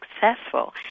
successful